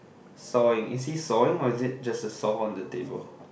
sawing is he sawing or is it just a saw on the table